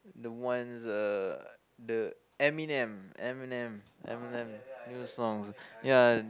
the ones uh the Eminem Eminem Eminem new songs ya